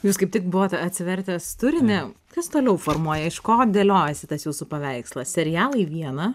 jūs kaip tik buvot atsivertęs turinį kas toliau formuoja iš ko dėliojasi tas jūsų paveikslas serialai viena